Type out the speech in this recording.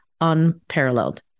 unparalleled